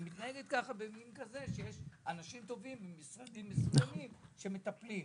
זה עובד בזכות אנשים טובים ממשרדים מסוימים שמטפלים בזה,